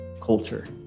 culture